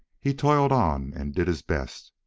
he toiled on and did his best,